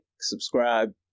subscribe